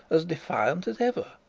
as defiant as ever.